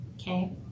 okay